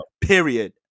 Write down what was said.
Period